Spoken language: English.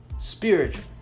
Spiritual